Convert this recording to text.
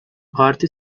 parti